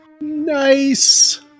Nice